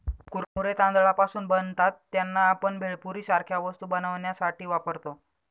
कुरमुरे तांदळापासून बनतात त्यांना, आपण भेळपुरी सारख्या वस्तू बनवण्यासाठी वापरतो